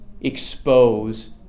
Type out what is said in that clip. expose